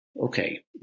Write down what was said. okay